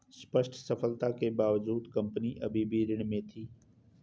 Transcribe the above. स्पष्ट सफलता के बावजूद कंपनी अभी भी ऋण में थी